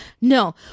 no